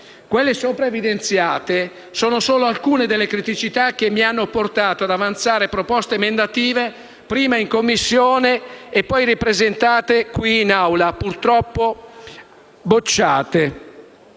Quelle sopra evidenziate sono solo alcune delle criticità che mi hanno portato ad avanzare proposte emendative, prima in Commissione e poi qui in Aula, purtroppo bocciate.